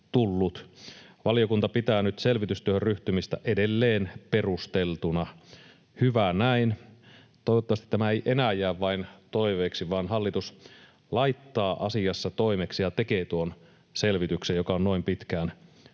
Valiokunta pitää nyt selvitystyöhön ryhtymistä edelleen perusteltuna — hyvä näin. Toivottavasti tämä ei enää jää vain toiveeksi vaan hallitus laittaa asiassa toimeksi ja tekee tuon selvityksen, joka on noin pitkään venynyt